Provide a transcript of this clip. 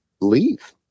leave